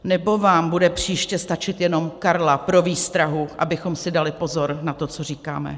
Nebo vám bude příště stačit jenom Karla pro výstrahu, abychom si dali pozor na to, co říkáme?